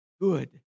good